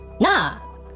Nah